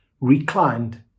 reclined